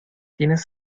tienes